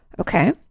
Okay